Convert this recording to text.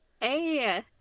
Hey